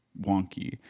wonky